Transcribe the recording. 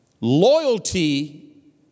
Loyalty